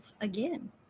again